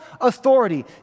authority